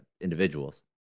individuals